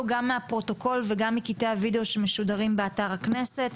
גם מהפרוטוקול וגם מקטעי הווידיאו שמשודרים באתר הכנסת.